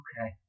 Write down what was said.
Okay